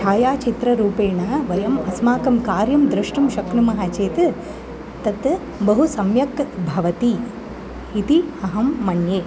छायाचित्ररूपेण वयम् अस्माकं कार्यं द्रष्टुम् शक्नुमः चेत् तत् बहु सम्यक् भवति इति अहं मन्ये